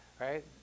right